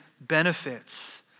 benefits